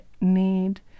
need